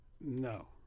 No